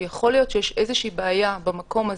שיכול להיות שיש איזושהי בעיה במקום הזה,